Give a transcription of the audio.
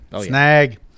snag